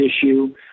issue